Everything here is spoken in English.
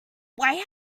why